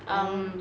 oo